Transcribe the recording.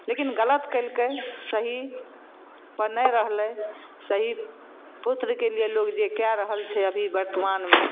लेकिन गलत कयलकै सही पर नहि रहलै सही पुत्रके लिए लोग जे कए रहल छै अभी बर्तमानमे